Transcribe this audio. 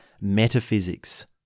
metaphysics